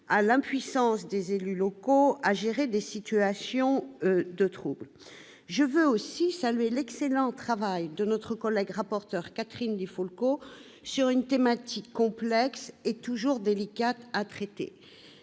à l'impuissance des élus locaux à gérer des situations de troubles. Je veux aussi saluer l'excellent travail accompli par notre collègue rapporteur Catherine Di Folco sur une thématique complexe et toujours délicate à traiter.